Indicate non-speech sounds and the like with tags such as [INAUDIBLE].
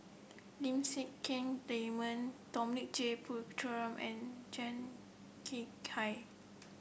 Lim Siang Keat Raymond Dominic J Puthucheary and Tan Kek [UNINTELLIGIBLE]